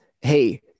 hey